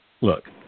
look